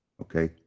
Okay